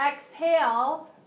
exhale